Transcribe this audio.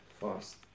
fast